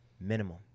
Minimum